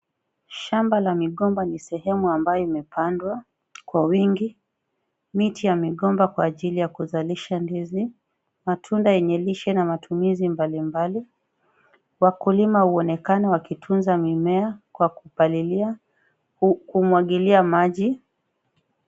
Shamba la migomba ni sehemu ambayo imepandwa kwa wingi. Miti ya migomba kwa ajili ya kuzakisha ndizi, matunda yenye lishe na matumizi mbalimbali. Wakulima huonekana wakitunza mimea kwa kupalilia, kumwagilia maji.